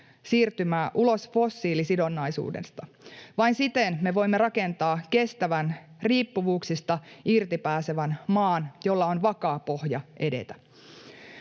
siirtymää ulos fossiilisidonnaisuudesta. Vain siten me voimme rakentaa kestävän, riippuvuuksista irti pääsevän maan, jolla on vakaa pohja edetä.